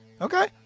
Okay